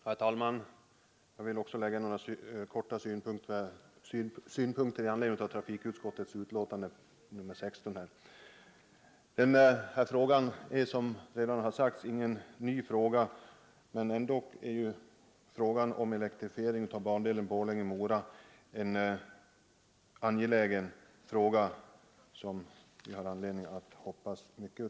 Herr talman! Även jag vill anföra några kortfattade synpunkter med anledning av trafikutskottets betänkande nr 16. Denna fråga är, som redan har sagts, ingen ny fråga. Ändock är elektrifiering av bandelen Borlänge—Mora ett angeläget krav, som vi har Elektrifiering av anledning att hoppas mycket av.